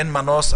אין מנוס.